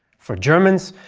for germans,